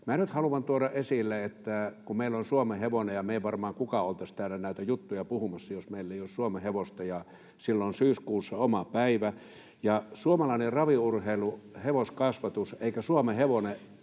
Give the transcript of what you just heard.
haluan tuoda esille, että meillä on suomenhevonen ja me ei varmaan kukaan oltaisi täällä näitä juttuja puhumassa, jos meillä ei olisi suomenhevosta, ja sillä on syyskuussa oma päivä. Suomalainen raviurheiluhevoskasvatus ei pystyisi, eikä suomenhevonen